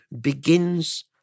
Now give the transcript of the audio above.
begins